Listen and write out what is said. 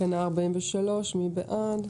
תקנה 43, מי בעד?